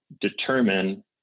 determine